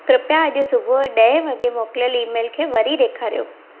कृपा अॼु सुबुह ॾह वगे मोकिलियलु ईमेल खे वरी ॾेखारियो